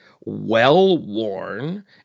well-worn